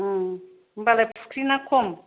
होमबालाय फुक्रिना खम